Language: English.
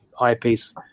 eyepiece